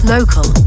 Local